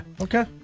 Okay